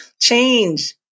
change